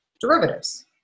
derivatives